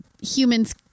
humans